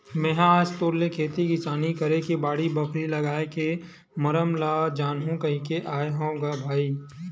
मेहा आज तोर ले खेती किसानी करे के बाड़ी, बखरी लागए के मरम ल जानहूँ कहिके आय हँव ग भाई